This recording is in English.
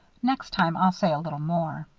next time, i'll say a little more.